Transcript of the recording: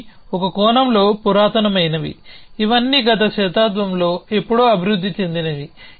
ఇవి ఒక కోణంలో పురాతనమైనవి ఇవన్నీ గత శతాబ్దంలో ఎప్పుడో అభివృద్ధి చెందినవి